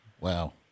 wow